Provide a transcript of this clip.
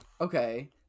Okay